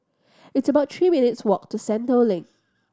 it's about three minutes' walk to Sentul Link